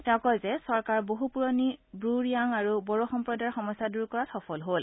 তেওঁ কয় যে চৰকাৰ বহু পুৰণি ব্ৰু ৰিয়াং আৰু বড়ো সম্প্ৰদায়ৰ সমস্যা দূৰ কৰাত সফল হল